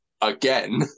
again